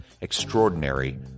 Extraordinary